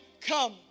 come